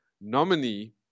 nominee